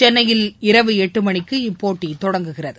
சென்னையில் இரவு எட்டு மணிக்கு இப்போட்டி தொடங்குகிறது